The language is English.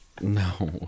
No